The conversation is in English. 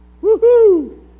Woo-hoo